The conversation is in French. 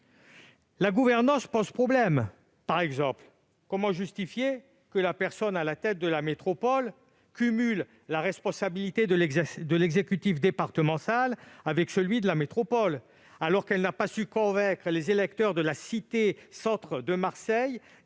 La gouvernance pose problème. Par exemple, comment justifier que la personne qui dirige la métropole cumule la responsabilité de l'exécutif départemental avec celle de son équivalent métropolitain, alors même qu'elle n'a pas su convaincre les électeurs de la ville-centre de Marseille